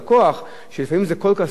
שהוא השקיע והוא לקח הלוואות,